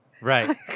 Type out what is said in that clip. Right